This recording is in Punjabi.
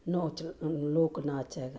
ਨਾਚ ਲੋਕ ਨਾਚ ਹੈਗਾ